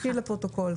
המשפטים.